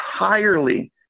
entirely